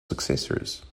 successors